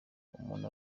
umuntu